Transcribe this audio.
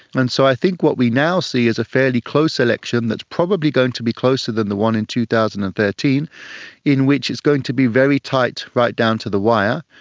and so i think what we now see is a fairly close election that is probably going to be closer than the one in two thousand and thirteen in which it's going to be very tight right down to the wire.